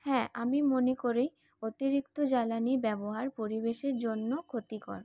হ্যাঁ আমি মনে করি অতিরিক্ত জ্বালানি ব্যবহার পরিবেশের জন্য ক্ষতিকর